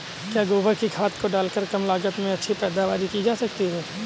क्या गोबर की खाद को डालकर कम लागत में अच्छी पैदावारी की जा सकती है?